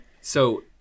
So-